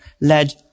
led